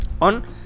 on